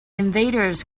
invaders